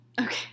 Okay